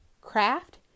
craft